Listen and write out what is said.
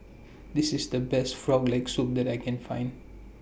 This IS The Best Frog Leg Soup that I Can Find